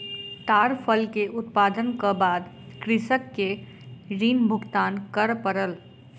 ताड़ फल के उत्पादनक बाद कृषक के ऋण भुगतान कर पड़ल